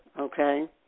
okay